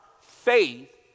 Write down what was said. faith